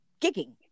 gigging